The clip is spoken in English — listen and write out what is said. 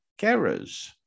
carers